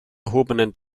erhobenen